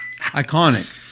Iconic